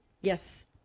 Yes